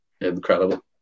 incredible